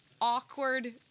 awkward